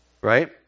Right